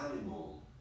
animal